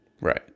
Right